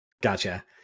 Gotcha